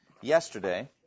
yesterday